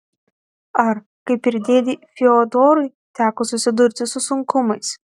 ar kaip ir dėdei fiodorui teko susidurti su sunkumais